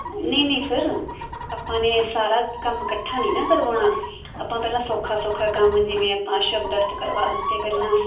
ਨਹੀਂ ਨਹੀਂ ਸਰ ਆਪਾਂ ਨੇ ਸਾਰਾ ਕੰਮ ਇਕੱਠਾ ਨਹੀਂ ਨਾ ਕਰਵਾਉਣਾ ਆਪਾਂ ਪਹਿਲਾਂ ਸੌਖਾ ਸੌਖਾ ਕੰਮ ਜਿਵੇਂ ਆਪਾਂ ਸ਼ਬਦ ਅਰਥ ਕਰਵਾ ਦਿੱਤੇ ਪਹਿਲਾਂ